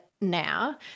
now